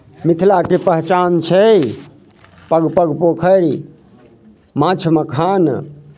मिथिलाके पहचान छै पग पग पोखरि माछ मखान